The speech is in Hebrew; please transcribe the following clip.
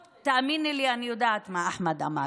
תאמיני לי, אני יודעת מה אחמד אמר.